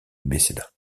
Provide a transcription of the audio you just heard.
mécénat